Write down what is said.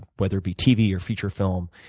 whether it be tv or feature film.